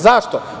Zašto?